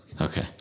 Okay